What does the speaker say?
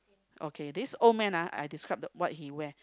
okay this old man ah I describe the what he wear